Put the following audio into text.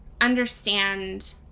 understand